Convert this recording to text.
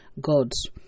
God's